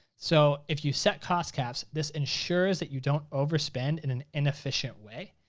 so if you set cost caps, this ensures that you don't overspend in an inefficient way.